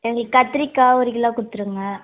எங்களுக்கு கத்திரிக்காய் ஒரு கிலோ கொடுத்துருங்க